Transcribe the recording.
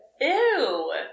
Ew